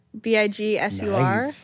B-I-G-S-U-R